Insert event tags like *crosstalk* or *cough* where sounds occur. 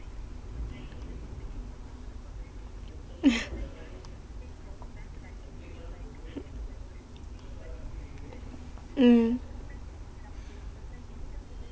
*laughs* mm